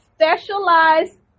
specialized